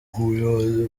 ubuyobozi